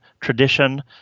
tradition